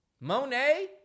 Monet